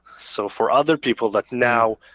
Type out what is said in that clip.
so for other people that now,